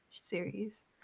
series